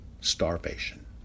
starvation